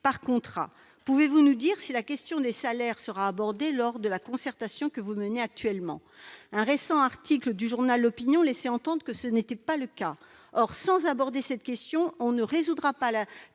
par contrat ». Pouvez-vous nous dire si la question des salaires sera abordée dans la concertation que vous menez actuellement ? Un récent article du journal laissait entendre que ce n'était pas le cas ... Or, sans aborder cette question, nous ne résoudrons pas